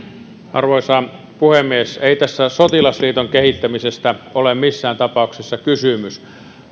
arvoisa puhemies ei tässä sotilasliiton kehittämisestä ole missään tapauksessa kysymys